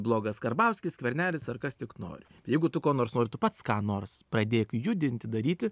blogas karbauskis skvernelis ar kas tik nori jeigu tu ko nors nori tu pats ką nors pradėk judinti daryti